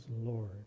Lord